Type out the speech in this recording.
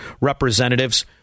representatives